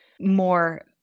more